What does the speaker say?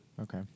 Okay